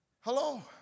Hello